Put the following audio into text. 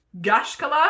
Gashkala